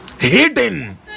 hidden